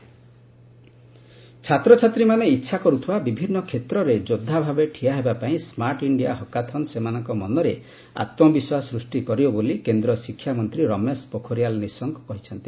smart India hackathon Nishank ଛାତ୍ରଛାତ୍ରୀମାନେ ଇଚ୍ଛା କରୁଥିବା ବିଭିନ୍ନ କ୍ଷେତ୍ରରେ ଯୋଦ୍ଧା ଭାବେ ଠିଆ ହେବା ପାଇଁ ସ୍କାର୍ଟଇଣ୍ଡିଆ ହକାଥନ ସେମାନଙ୍କ ମନରେ ଆତ୍ମବିଶ୍ୱାସ ସୃଷ୍ଟି କରିବ ବୋଲି କେନ୍ଦ୍ର ଶିକ୍ଷାମନ୍ତ୍ରୀ ରମେଶ ପୋଖରିଆଲ ନିଶଙ୍କ କହିଛନ୍ତି